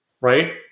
right